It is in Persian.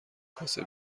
کاسه